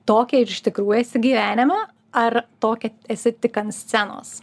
tokia ir iš tikrųjų esi gyvenime ar tokia esi tik an scenos